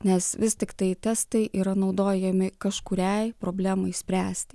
nes vis tiktai testai yra naudojami kažkuriai problemai spręsti